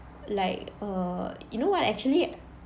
like err you know what actually